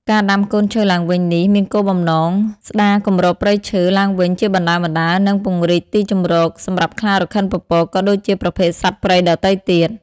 ការដាំកូនឈើឡើងវិញនេះមានគោលបំណង ស្តារគម្របព្រៃឈើ ឡើងវិញជាបណ្តើរៗ និង ពង្រីកទីជម្រក សម្រាប់ខ្លារខិនពពក ក៏ដូចជាប្រភេទសត្វព្រៃដទៃទៀត។